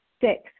Six